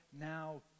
Now